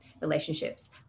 relationships